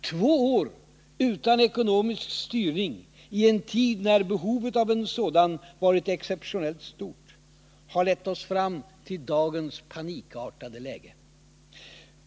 Två år utan ekonomisk styrning i en tid när behovet av en sådan varit exceptionellt stort har lett oss fram till dagens panikartade läge.